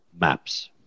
maps